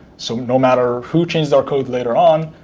so, no matter who changes our code later on,